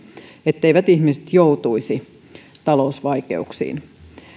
etteivät ihmiset joutuisi talousvaikeuksiin